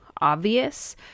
obvious